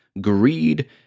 greed